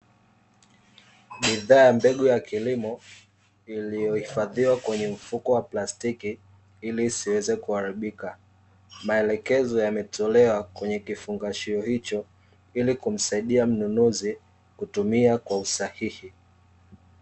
Bidhaa ya mbegu ya kilimo iliyohifadhiwa kwenye mfuko wa plastiki ili isiweze kuharibika, maelekezo yametolewa kwenye kifungashio hicho ili kumsaidia mnunuzi kutumia kwa usahihi.